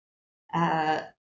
uh